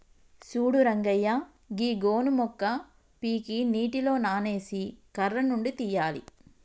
సూడు రంగయ్య గీ గోను మొక్క పీకి నీటిలో నానేసి కర్ర నుండి తీయాలి